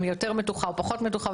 אם היא יותר מתוחה או פחות מתוחה,